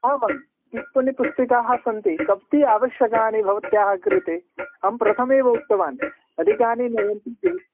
आम् आं टिप्पणीपुस्तिकाः सन्ति कति आवश्यकानि भवत्याः कृते अहं प्रथमेव उक्तवान् अधिकानि नयन्ति चेत्